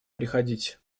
приходить